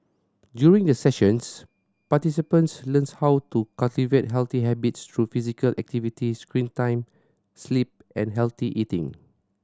during the sessions participants learns how to cultivate healthy habits through physical activity screen time sleep and healthy eating